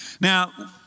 Now